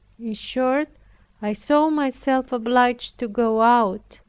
in short i saw myself obliged to go out,